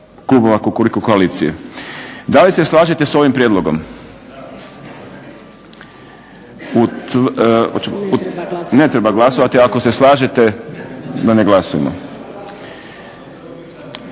klubova kukuriku koalicije. Da li se slažete s ovim prijedlogom? Ne treba glasovati ako se slažete da ne glasujemo.